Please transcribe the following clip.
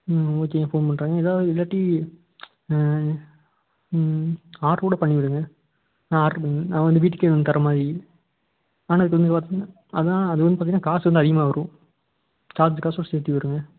ம் ஓகேங்க ஃபோன் பண்ணுறேங்க இது இல்லாட்டி ஆர்ட்ரு கூட பண்ணிவிடுங்க நான் ஆர்ட்ரு பண்ணேன் நான் வந்து வீட்டுக்கே வந்து தர்ற மாதிரி ஆனால் இது வந்து பார்த்திங்கனா அதான் அதுவந்து பார்த்திங்கனா காசு வந்து அதிகமாக வரும் சார்ஜு காசும் சேத்து வரும்ங்க